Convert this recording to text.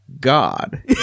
God